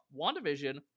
WandaVision